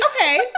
okay